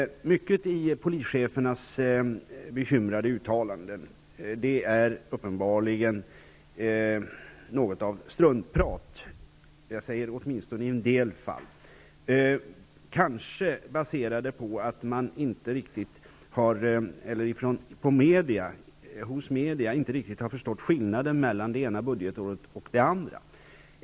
Mycket i polischefernas bekymrade uttalanden är uppenbarligen struntprat, åtminstone i en del fall. Detta kan vara baserat på att man hos media kanske inte riktigt har förstått skillnaden mellan det ena budgetåret och det andra.